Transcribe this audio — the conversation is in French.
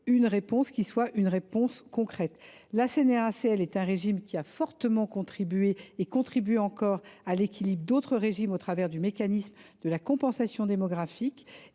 ce régime pour apporter une réponse concrète. La CNRACL est une caisse qui a fortement contribué, et contribue encore, à l’équilibre d’autres régimes au travers du mécanisme de la compensation démographique.